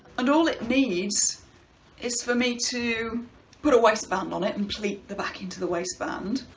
and all it needs is for me to put a waistband on it and pleat the back into the waistband.